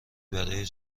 برای